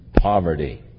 poverty